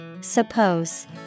Suppose